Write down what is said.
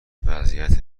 وضعیت